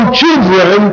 children